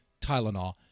tylenol